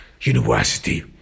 university